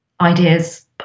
ideas